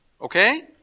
okay